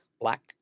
Black